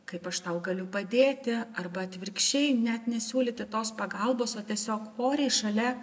kaip aš tau galiu padėti arba atvirkščiai net nesiūlyti tos pagalbos o tiesiog oriai šalia